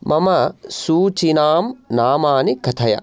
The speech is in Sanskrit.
मम सूचिनां नामानि कथय